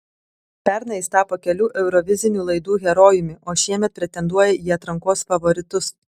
pernai jis tapo kelių eurovizinių laidų herojumi o šiemet pretenduoja į atrankos favoritus